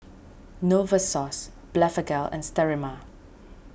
Novosource Blephagel and Sterimar